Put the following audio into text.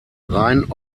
rein